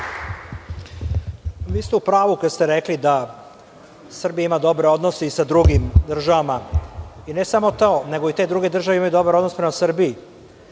Vi ste u pravu kada ste rekli da Srbija ima dobre odnose i sa drugim državama, i ne samo to, nego i te druge države imaju dobar odnos prema Srbiji.